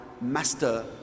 master